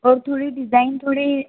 और थोड़ी डिज़ाइन थोड़े